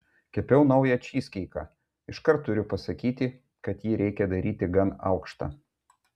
kepiau naują čyzkeiką iškart turiu pasakyti kad jį reikia daryti gan aukštą